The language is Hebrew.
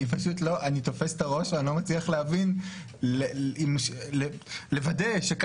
אני פשוט תופס את הראש ואני לא מצליח להבין ולוודא שאני